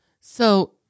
So-